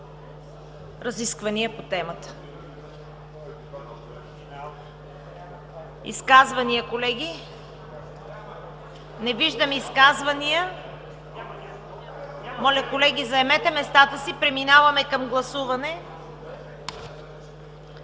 разисквания по темата. Изказвания, колеги? Не виждам изказвания. Моля, колеги, заемете местата си. Преминаваме към гласуване. Подлагам